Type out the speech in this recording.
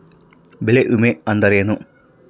ಬೆಳೆ ವಿಮೆ ಅಂದರೇನು?